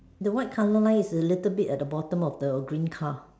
the white colour line is a little bit at the bottom of the green car